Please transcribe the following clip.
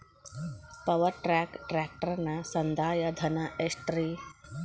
Power track ಟ್ರ್ಯಾಕ್ಟರನ ಸಂದಾಯ ಧನ ಎಷ್ಟ್ ರಿ?